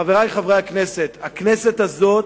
חברי חברי הכנסת, הכנסת הזאת,